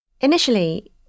Initially